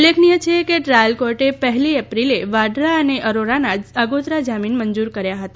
ઉલ્લેખનિય છે કે ટ્રાયલ કોર્ટે પહેલી એપ્રિલે વાડ્રા અને અરોરાના આગોતરા જામીન મંજુર કર્યા હતા